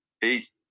peace